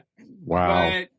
Wow